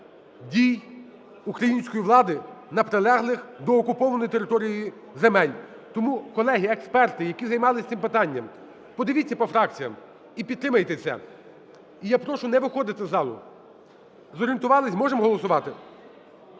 дій української влади на прилеглих до окупованої території земель. Тому, колеги, експерти, які займались цим питанням, подивіться по фракціям і підтримайте це. І я прошу не виходити з залу. Зорієнтувалися? Можемо голосувати?